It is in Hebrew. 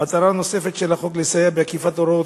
מטרה נוספת של החוק היא לסייע באכיפת הוראות